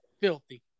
filthy